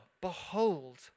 behold